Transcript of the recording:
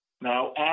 Now